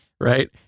right